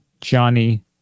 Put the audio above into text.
Johnny